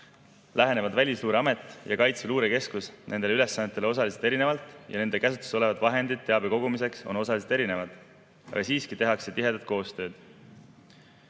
lähenevad Välisluureamet ja Kaitseväe Luurekeskus nendele ülesannetele osaliselt erinevalt ja nende käsutuses olevad vahendid teabe kogumiseks on osaliselt erinevad. Siiski tehakse tihedat koostööd.